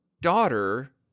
daughter